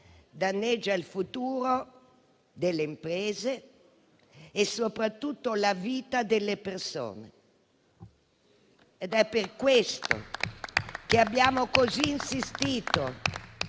danneggia il futuro delle imprese e soprattutto la vita delle persone. È per questo che abbiamo così insistito